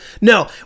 No